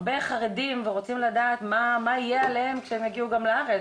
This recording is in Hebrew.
הרבה חרדים ורוצים לדעת מה יהיה עליהם כשהם יגיעו גם לארץ,